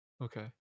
okay